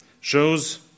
shows